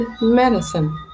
medicine